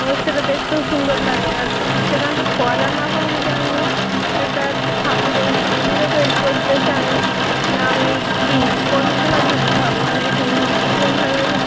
এবার সেটা দেখতেও সুন্দর লাগে এবার সেখানটা ফোয়ারা না করে যদি আমনি একটা ঠাকুরের মন্দিরও তৈরি করতে চান তা আমনি কি কোন ধর্মের হন মানে হিন্দু মুসলিম ধর্মের